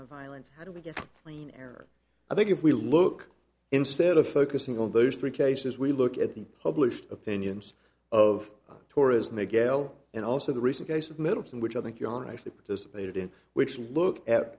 of violence how do we get clean air i think if we look instead of focusing on those three cases we look at the published opinions of tourism a gale and also the recent case of middleton which i think john actually participated in which look at